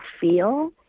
feel